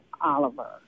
Oliver